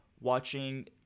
watching